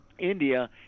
India